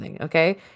okay